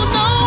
no